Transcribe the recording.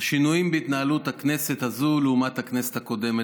השינויים בהתנהלות הכנסת הזאת לעומת הכנסת הקודמת.